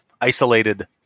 isolated